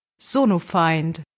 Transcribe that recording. Sonofind